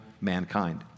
mankind